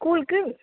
ஸ்கூலுக்கு